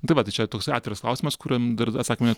tai va tai čia toks atviras klausimas kuriam dar atsakymo ne